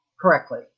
correctly